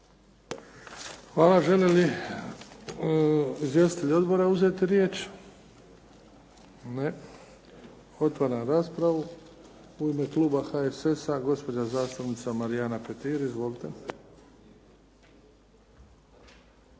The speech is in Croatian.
Hvala. Žele li izvjestitelji odbora uzeti riječ? Ne. Otvaram raspravu. U ime kluba HSS-a gospođa zastupnica Marijana Petir. Izvolite.